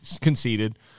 conceded